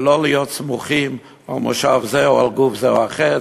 ולא להיות סמוכים על מושב זה או על גוף זה או אחר.